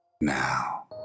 now